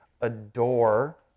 adore